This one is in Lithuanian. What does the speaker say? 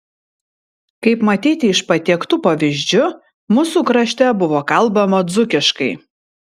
kaip matyti iš patiektų pavyzdžių mūsų krašte buvo kalbama dzūkiškai